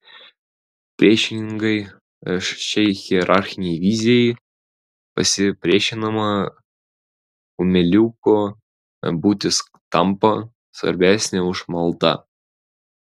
priešingai šiai hierarchinei vizijai pasipriešinama kumeliuko būtis tampa svarbesnė už maldą